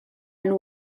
and